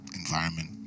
environment